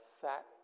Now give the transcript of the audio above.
fat